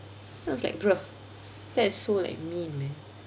then I was like bruh~ that is so like mean man